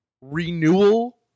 renewal